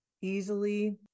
Easily